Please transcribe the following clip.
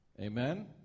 Amen